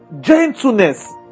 Gentleness